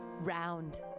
Round